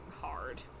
hard